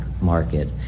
market